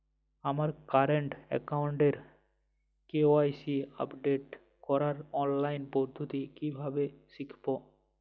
আমার কারেন্ট অ্যাকাউন্টের KYC update করার অনলাইন পদ্ধতি কীভাবে শিখব?